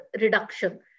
reduction